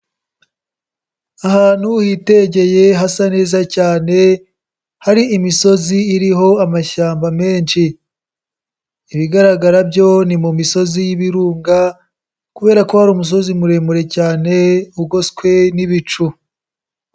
Ahantu hitegeye hasa neza cyane hari imisozi iriho amashyamba menshi, ibigaragara byo ni mu misozi y'ibirunga kubera ko hari umusozi muremure cyane ugoswe n'ibicu.